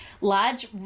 large